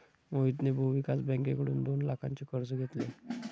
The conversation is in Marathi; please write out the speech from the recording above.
मोहितने भूविकास बँकेकडून दोन लाखांचे कर्ज घेतले